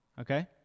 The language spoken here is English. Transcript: okay